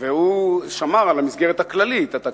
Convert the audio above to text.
והוא שמר על המסגרת הכללית התקציבית.